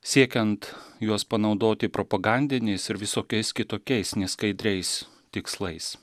siekiant juos panaudoti propagandiniais ir visokiais kitokiais neskaidriais tikslais